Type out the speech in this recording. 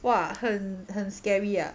!whoa! 很很 scary ah